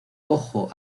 ojo